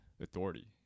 authority